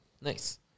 Nice